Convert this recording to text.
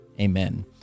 Amen